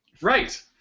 Right